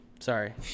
sorry